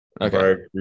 okay